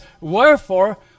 Wherefore